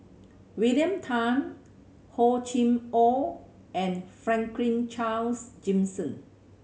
William Tan Hor Chim Or and Franklin Charles Gimson